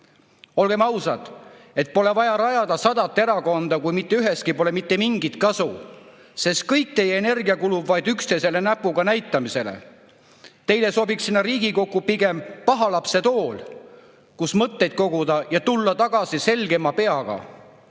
Olgem ausad, et pole vaja rajada sadat erakonda, kui mitte ühestki pole mitte mingit kasu, sest kõik teie energia kulub vaid üksteisele näpuga näitamisele. Teile sobiks sinna Riigikokku pigem paha lapse tool, kus mõtteid koguda ja tulla tagasi selgema peaga.